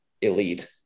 elite